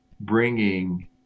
bringing